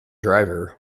driver